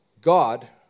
God